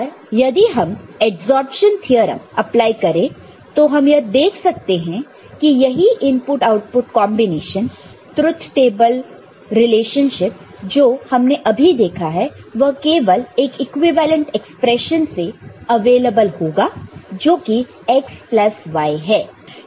पर यदि हम एडजॉर्प्शन थ्योरम अप्लाई करे तो हम यह देख सकते हैं कि यही input output combination truth table relationship जो हमने अभी देखा है वह केवल एक इक्विवेलेंट एक्सप्रेशन से अवेलेबल होगा जो कि x प्लस y है